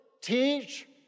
teach